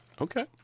okay